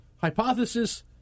hypothesis